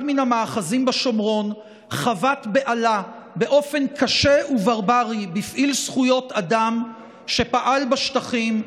מן המאחזים בשומרון חבט באלה בפעיל זכויות אדם שפעל בשטחים,